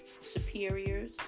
superiors